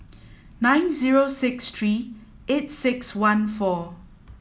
nine six three eight six one four